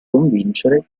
convincere